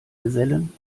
gesellen